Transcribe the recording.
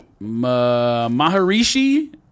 Maharishi